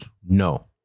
No